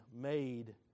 made